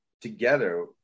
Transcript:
together